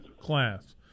class